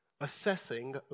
assessing